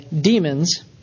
demons